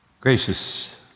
Gracious